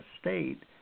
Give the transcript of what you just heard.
state